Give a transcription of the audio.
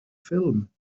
ffilm